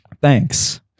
Thanks